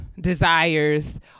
desires